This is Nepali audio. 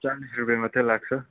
चालीस रुपियाँ मात्रै लाग्छ